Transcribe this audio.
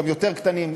גם יותר קטנים,